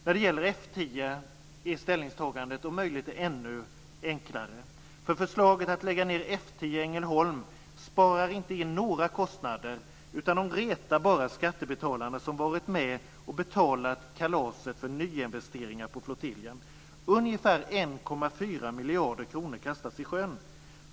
När det gäller F 10 är ställningstagandet om möjligt ännu enklare. Förslaget att lägga ned F 10 i Ängelholm sparar inte in några kostnader utan retar bara skattebetalarna, som har varit med och betalat kalaset för nyinvesteringar på flottiljen. Ungefär 1,4 miljarder kronor kastas i sjön!